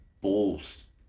balls